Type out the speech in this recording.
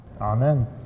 amen